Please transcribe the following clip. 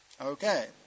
Okay